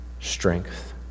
strength